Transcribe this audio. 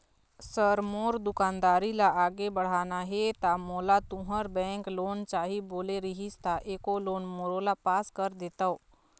Sir मोर दुकानदारी ला आगे बढ़ाना हे ता मोला तुंहर बैंक लोन चाही बोले रीहिस ता एको लोन मोरोला पास कर देतव?